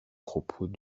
propos